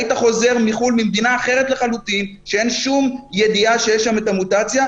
היית חוזר מחו"ל ממדינה שאין שום ידיעה שיש בה את המוטציה,